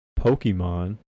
Pokemon